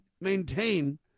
maintain